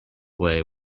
way